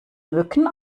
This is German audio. mücken